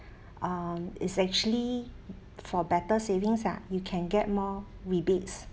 um is actually for better savings ah you can get more rebates